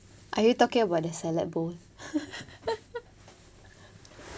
are you talking about their salad bowl